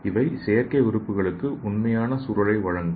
இவை செயற்கை உறுப்புகளுக்கு உண்மையான சூழலை வழங்கும்